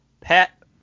Pat